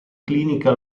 clinica